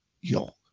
York